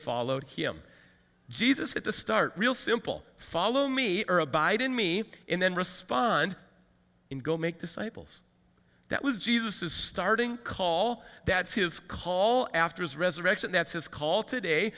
followed him jesus at the start real simple follow me or abide in me and then respond in go make disciples that was jesus's starting call that's his call after his resurrection that's his call today